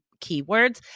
keywords